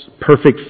perfect